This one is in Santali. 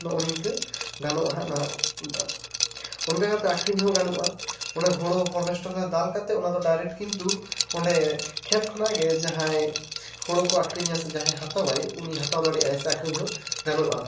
ᱱᱚᱜ ᱱᱤᱝᱠᱟᱹ ᱜᱟᱱᱚᱜᱼᱟ ᱦᱟᱜ ᱱᱟᱦᱟᱜ ᱚᱱᱠᱟ ᱠᱟᱛᱮᱫ ᱟᱹᱠᱷᱟᱨᱤᱧ ᱦᱚᱸ ᱜᱟᱱᱚᱜᱼᱟ ᱚᱱᱮ ᱦᱳᱲᱳ ᱦᱚᱨᱵᱷᱮᱥᱴᱟᱨ ᱨᱮ ᱫᱟᱞ ᱠᱟᱛᱮᱫ ᱚᱱᱟ ᱫᱚ ᱰᱟᱭᱨᱮᱴ ᱠᱤᱱᱛᱩ ᱚᱸᱰᱮ ᱠᱷᱮᱛ ᱠᱷᱚᱱᱟᱜ ᱜᱮ ᱡᱟᱦᱟᱭ ᱦᱳᱲᱳ ᱠᱚ ᱟᱹᱠᱷᱟᱨᱤᱧᱟ ᱥᱮ ᱡᱟᱦᱟᱭ ᱦᱟᱛᱟᱣᱟᱭ ᱩᱱᱤᱭ ᱦᱟᱛᱟᱣ ᱫᱟᱲᱮᱜᱼᱟ ᱥᱮ ᱟᱹᱠᱷᱟᱨᱤᱧ ᱦᱚᱸ ᱜᱟᱱᱚᱜᱼᱟ